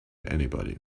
anybody